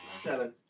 Seven